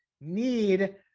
need